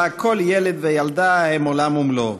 שבה כל ילד וילדה הם עולם ומלואו,